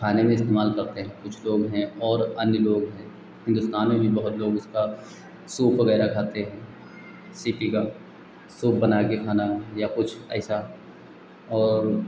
खाने में इस्तेमाल करते हैं कुछ लोग हैं और अन्य लोग हैं हिन्दुस्तान में भी बहुत लोग इसका सूप वगैरह खाते हैं सीपी का सूप बनाकर खाना या कुछ ऐसा और